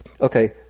Okay